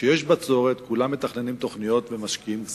כשיש בצורת כולם מתכננים תוכניות ומשקיעים כספים.